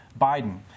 Biden